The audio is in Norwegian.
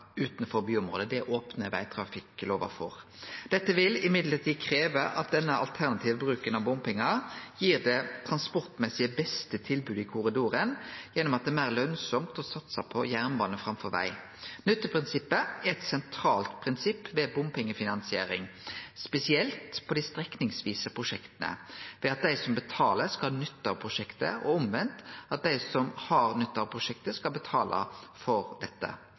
utanfor byområde. Det opnar vegtrafikklova for. Dette vil likevel krevje at denne alternative bruken av bompengar gir det transportmessig beste tilbodet i korridoren gjennom at det er meir lønsamt å satse på jernbane framfor veg. Nytteprinsippet er eit sentralt prinsipp ved bompengefinansering, spesielt på dei strekningsvise prosjekta, ved at dei som betaler, skal ha nytte av prosjektet, og omvendt, at dei som har nytte av prosjektet, skal betale for dette.